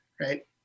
right